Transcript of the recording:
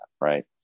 right